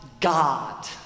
God